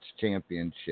Championship